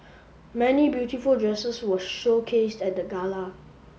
many beautiful dresses were showcased at the gala